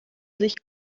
sich